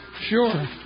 Sure